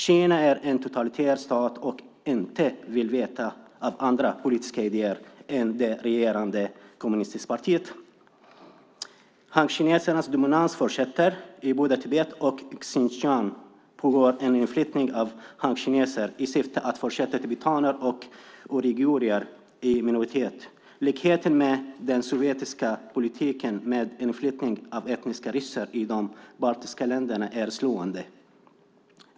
Kina är en totalitär stat som inte vill veta av andra politiska idéer än det regerande kommunistpartiets. Hankinesernas dominans fortsätter. I både Tibet och Xinjiang pågår en inflyttning av hankineser i syfte att försätta tibetaner och uigurer i minoritet. Likheten med den sovjetiska politiken med inflyttning av etniska ryssar till de baltiska länderna är slående.